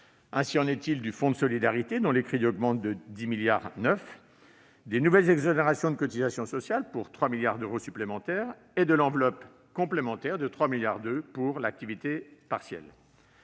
C'est le cas du fonds de solidarité, dont les crédits augmentent de 10,9 milliards d'euros, des nouvelles exonérations de cotisations sociales, pour 3 milliards d'euros supplémentaires, et de l'enveloppe complémentaire de 3,2 milliards d'euros pour le